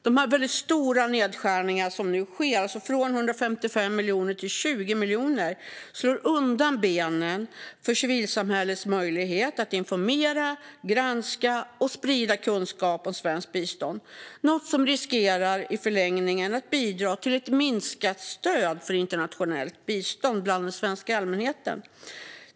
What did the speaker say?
De väldigt stora nedskärningar som nu sker, från 155 miljoner till 20 miljoner, slår undan benen för civilsamhällets möjlighet att informera om, granska och sprida kunskap om svenskt bistånd, något som i förlängningen riskerar att bidra till ett minskat stöd för internationellt bistånd hos den svenska allmänheten.